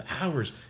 hours